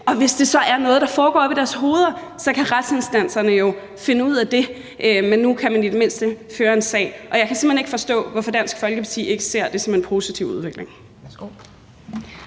Og hvis det så er noget, der foregår oppe i deres hoveder, så kan retsinstanserne jo finde ud af det. Men nu kan man i det mindste føre en sag. Og jeg kan simpelt hen ikke forstå, hvorfor Dansk Folkeparti ikke ser det som en positiv udvikling.